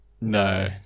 no